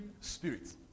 spirit